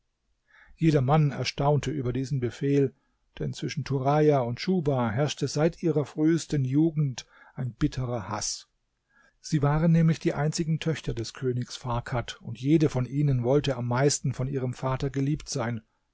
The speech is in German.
jedermann erstaunte über diesen befehl denn zwischen turaja und schuhba herrschte seit ihrer frühesten jugend ein bitterer haß sie waren nämlich die einzigen töchter des königs farkad und jede von ihnen wollte am meisten von ihrem vater geliebt sein